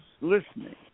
listening